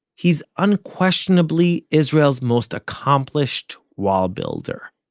he's unquestionably israel's most accomplished wall builder.